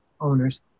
owners